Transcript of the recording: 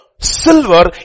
Silver